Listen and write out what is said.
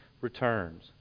returns